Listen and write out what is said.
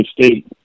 State